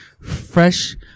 fresh